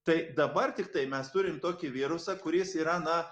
tai dabar tiktai mes turim tokį virusą kuris yra na